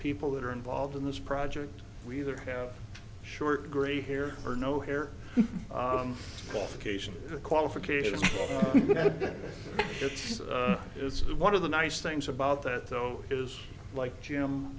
people that are involved in this project we either have short gray here or no here qualifications qualifications it is one of the nice things about that though is like jim